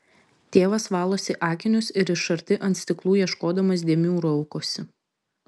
tėvas valosi akinius ir iš arti ant stiklų ieškodamas dėmių raukosi